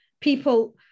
people